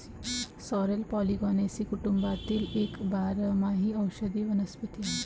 sorrel Polygonaceae कुटुंबातील एक बारमाही औषधी वनस्पती आहे